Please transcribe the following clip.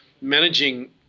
managing